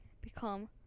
become